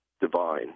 divine